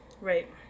Right